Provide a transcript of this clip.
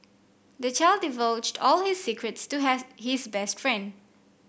the child divulged all his secrets to has his best friend